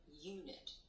unit